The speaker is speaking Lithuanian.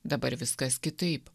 dabar viskas kitaip